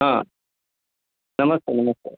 आं नमस्ते नमस्ते